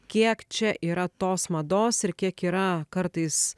kiek čia yra tos mados ir kiek yra kartais